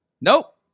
Nope